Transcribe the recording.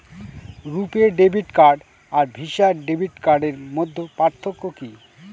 রূপে debit card আর Visa debit কার্ডের মধ্যে পার্থক্য কি?